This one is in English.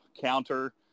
counter